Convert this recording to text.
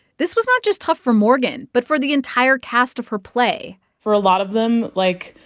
this was not just tough for morgan but for the entire cast of her play for a lot of them, like,